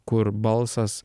kur balsas